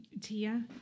Tia